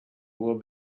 will